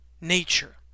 nature